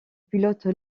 pilote